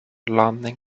landing